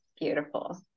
beautiful